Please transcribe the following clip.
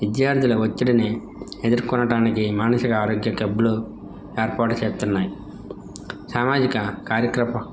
విద్యార్థుల ఒత్తిడిని ఎదుర్కొనటానికి మానసిక ఆరోగ్య కబ్లు ఏర్పాటు చేస్తున్నాయి సామాజిక కార్యక్రమ